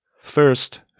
First